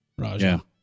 Raja